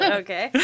okay